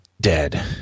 dead